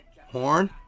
Horn